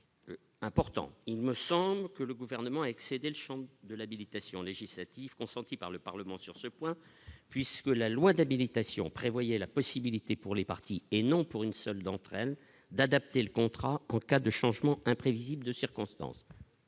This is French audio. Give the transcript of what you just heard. important, il me semble que le gouvernement a excédé le Champ de l'habilitation législative consentis par le Parlement sur ce point, puisque la loi d'habilitation prévoyait la possibilité pour les partis et non pour une seule d'entre elles, d'adapter le contrat en cas de changement imprévisibles de circonstance.